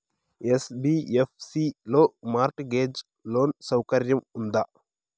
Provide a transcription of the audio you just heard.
NBFC లో mortgage loan సౌకర్యం ఉందా?